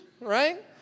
right